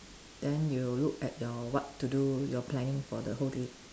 then you look at your what to do your planning for the whole day